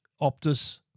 Optus